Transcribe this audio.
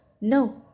No